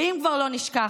ואם כבר לא נשכח,